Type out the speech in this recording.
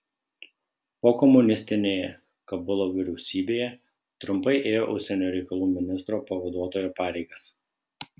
pokomunistinėje kabulo vyriausybėje trumpai ėjo užsienio reikalų ministro pavaduotojo pareigas